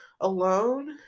alone